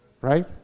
Right